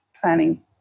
planning